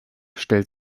stellt